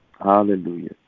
Hallelujah